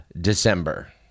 December